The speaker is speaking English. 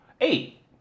Eight